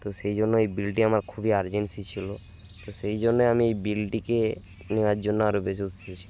তো সেই জন্য এই বিলটি আমার খুবই আর্জেন্সি ছিল তো সেই জন্যই আমি এই বিলটিকে নেওয়ার জন্য আরও বেশি উৎসাহ ছিল